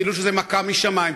כאילו זו מכה משמים.